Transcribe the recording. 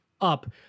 up